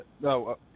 no